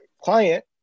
client